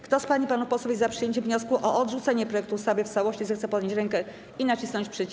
Kto z pań i panów posłów jest za przyjęciem wniosku o odrzucenie projektu ustawy w całości, zechce podnieść rękę i nacisnąć przycisk.